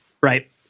right